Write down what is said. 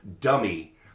dummy